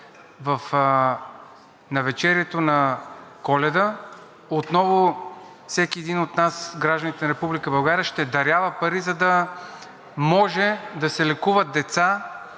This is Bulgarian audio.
навечерието на Коледа отново всеки един от нас, гражданите на Република България, ще дарява пари, за да може да се лекуват деца,